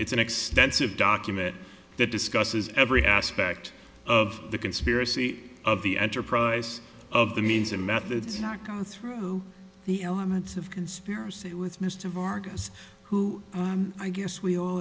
it's an extensive document that discusses every aspect of the conspiracy of the enterprise of the means and methods not going through the elements of conspiracy with mr vargas who i guess we all